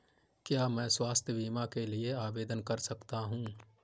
क्या मैं स्वास्थ्य बीमा के लिए आवेदन कर सकता हूँ?